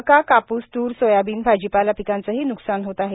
मका कापूस तूर सोयाबीन भाजीपाला पिकांचेही न्कसान होत आहे